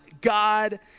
God